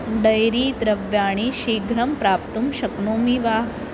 dairy द्रव्याणि शीघ्रं प्राप्तुं शक्नोमि वा